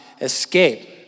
escape